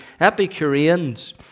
Epicureans